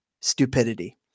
Stupidity